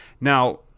Now